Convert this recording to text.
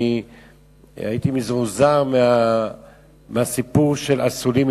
הייתי מזועזע מהסיפור של אסולין,